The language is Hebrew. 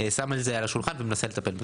שם את זה על השולחן ומנסה לטפל בזה,